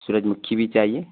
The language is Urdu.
سورج مکھی بھی چاہیے